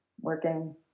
working